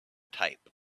type